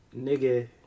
Nigga